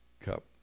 cup